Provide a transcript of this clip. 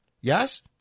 Yes